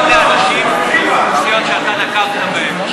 גם לאנשים מאוכלוסיות שאתה נקבת בהן.